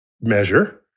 measure